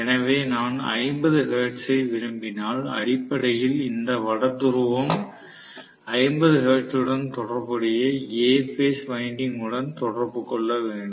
எனவே நான் 50 ஹெர்ட்ஸை விரும்பினால் அடிப்படையில் இந்த வட துருவம் 50 ஹெர்ட்ஸுடன் தொடர்புடைய A பேஸ் வைண்டிங்குடன் தொடர்பு கொள்ள வேண்டும்